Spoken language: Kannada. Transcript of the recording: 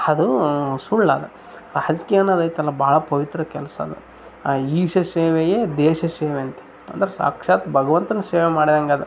ಅದೂ ಸುಳ್ಳದು ರಾಜಕೀಯ ಅನ್ನೋದೈತಲ್ಲ ಭಾಳ ಪವಿತ್ರ ಕೆಲಸ ಅದು ಈಶ ಸೇವೆಯೆ ದೇಶ ಸೇವೆ ಅಂತೆ ಅಂದರೆ ಸಾಕ್ಷಾತ್ ಭಗವಂತನ ಸೇವೆ ಮಾಡ್ದಂಗೆ ಅದು